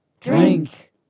Drink